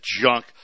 junk